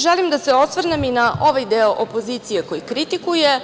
Želim da se osvrnem i na ovaj deo opozicije koji kritikuje